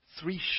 Three